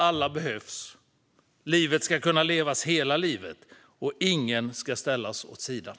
Alla behövs. Livet ska kunna levas hela livet, och ingen ska ställas åt sidan.